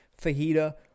fajita